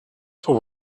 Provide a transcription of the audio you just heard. for